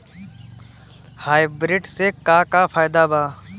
Hybrid से का का फायदा बा?